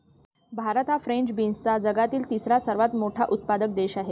भारत हा फ्रेंच बीन्सचा जगातील तिसरा सर्वात मोठा उत्पादक देश आहे